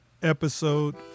episode